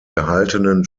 gehaltenen